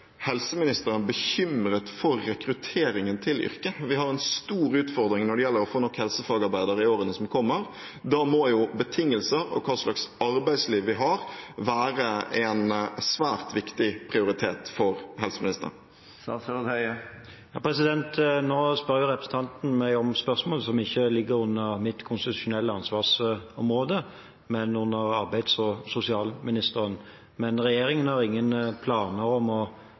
helseministeren bekymret for rekrutteringen til yrket. Vi har en stor utfordring når det gjelder å få nok helsefagarbeidere i årene som kommer. Da må betingelser og hva slags arbeidsliv vi har være en svært viktig prioritet for helseministeren. Nå spør representanten meg om spørsmål som ikke ligger under mitt konstitusjonelle ansvarsområde, men under arbeids- og sosialministerens. Men regjeringen har ingen planer om å